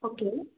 okay